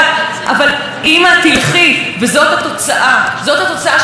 כשאימא שלי הייתה בת 17. כולם עצמו עיניים.